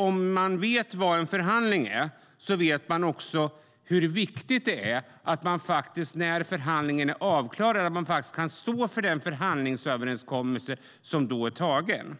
Om man vet vad en förhandling är vet man också hur viktigt det är att man när förhandlingen är avklarad kan stå för den förhandlingsöverenskommelse som är antagen.